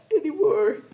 anymore